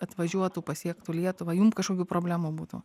atvažiuotų pasiektų lietuvą jum kažkokių problemų būtų